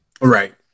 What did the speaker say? Right